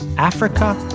africa?